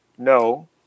No